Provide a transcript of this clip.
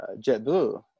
JetBlue